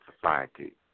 society